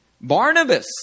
Barnabas